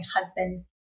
husband